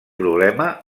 problema